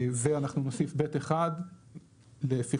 לחוק